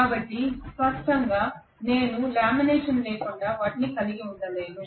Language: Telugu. కాబట్టి స్పష్టంగా నేను లామినేషన్ లేకుండా వాటిని కలిగి ఉండలేను